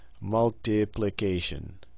Multiplication